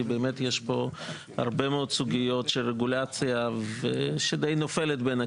יש פה הרבה מאוד סוגיות של רגולציה שדי נופלת בין הכיסאות.